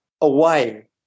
away